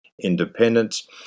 independence